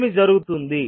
ఏమి జరుగుతుంది